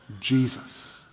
Jesus